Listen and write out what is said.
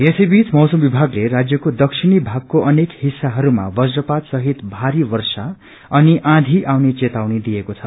यसैबीच मौसम विभागले राज्यको दक्षिणी भागको अनेक हिस्साहरूमा वज्रपात सहित भारी वर्षा अनि आँची आउने चेतावनी दिएको छ